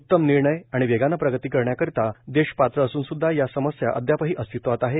उत्तम निर्णय आणि वेगानं प्रगती करण्याकरिता देश पात्र असूनसूद्धा या समस्या अद्यापही अस्तित्वात आहे